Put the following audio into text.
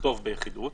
לכתוב ביחידות.